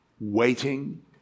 waiting